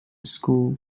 school